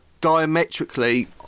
diametrically